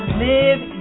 live